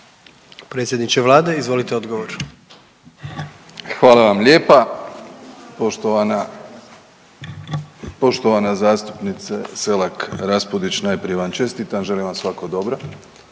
Hvala vam lijepa. Poštovana, poštovana zastupnice Selak Raspudić, najprije vam čestitam, želim vam svako dobro,